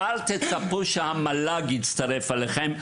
אל תצפו שהמל"ג יצטרף אליכם.